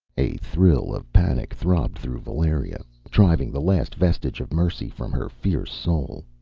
a thrill of panic throbbed through valeria, driving the last vestige of mercy from her fierce soul.